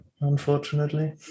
unfortunately